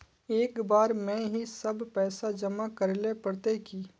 एक बार में ही सब पैसा जमा करले पड़ते की?